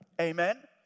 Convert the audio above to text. Amen